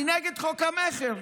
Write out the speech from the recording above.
אני נגד חוק המכר,